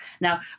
Now